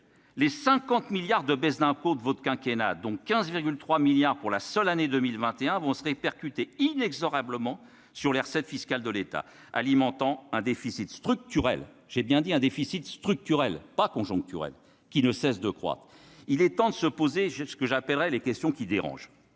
les 50 milliards de baisses d'impôts de votre quinquennat dont 15 virgule 3 milliards pour la seule année 2021 vont se répercuter inexorablement sur les recettes fiscales de l'État, alimentant un déficit structurel j'ai bien dit un déficit structurel pas conjoncturel qui ne cesse de croître, il est temps de se poser, je sais ce que j'appellerais les questions qui dérangent,